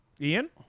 Ian